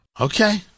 Okay